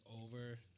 over